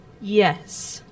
Yes